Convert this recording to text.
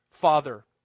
Father